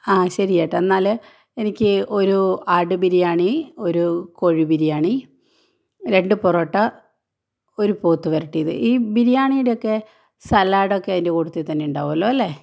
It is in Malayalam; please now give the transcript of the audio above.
ആ ശരി ചേട്ടാ എന്നാൽ എനിക്ക് ഒരു ആട് ബിരിയാണി ഒരു കോഴി ബിരിയാണി രണ്ട് പൊറോട്ട ഒരു പോത്ത് വരട്ടിയത് ഈ ബിരിയാണീടെയൊക്കെ സലാഡൊക്കെ അതിന്റെ കൂട്ടത്തിൽ തന്നെയുണ്ടാവൊലേ അല്ലേ